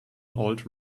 old